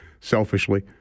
selfishly